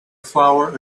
flower